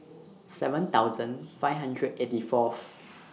seven thousand five hundred eighty Fourth